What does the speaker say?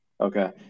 Okay